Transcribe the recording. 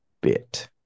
bit